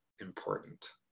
important